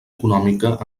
econòmica